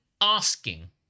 asking